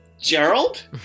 Gerald